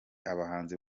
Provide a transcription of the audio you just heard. abahanzi